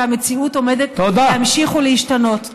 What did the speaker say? והמציאות עומדת להמשיך ולהשתנות.